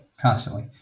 constantly